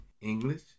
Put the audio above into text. English